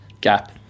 gap